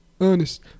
Honest